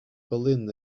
berlin